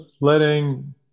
letting